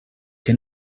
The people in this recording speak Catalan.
que